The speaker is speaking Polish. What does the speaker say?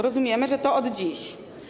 Rozumiemy, że to od dziś.